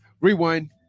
Rewind